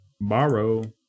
Borrow